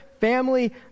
family